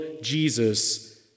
Jesus